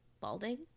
balding